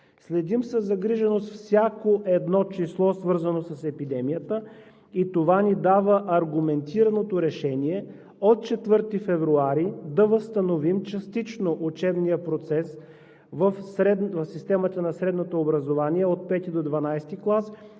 Следим със загриженост всяко едно число, свързано с епидемията, и това ни дава аргументираното решение от 4 февруари да възстановим частично учебния процес в системата на средното образование – от V до XII клас,